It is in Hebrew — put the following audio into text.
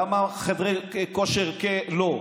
למה חדרי כושר לא.